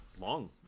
long